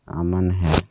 अमन है